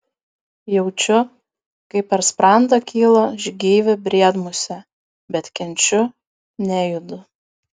jaučiu kaip per sprandą kyla žygeivė briedmusė bet kenčiu nejudu